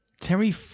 Terry